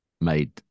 made